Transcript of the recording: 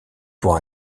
pour